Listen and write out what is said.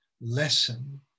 lesson